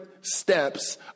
steps